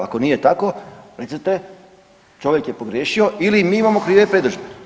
Ako nije tako, recite, čovjek je pogriješio ili mi imao krive predodžbe.